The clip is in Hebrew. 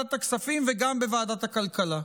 בוועדת הכספים וגם בוועדת הכלכלה,